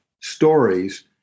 stories